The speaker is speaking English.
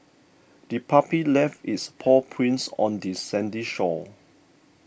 the puppy left its paw prints on the sandy shore